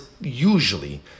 usually